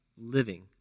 living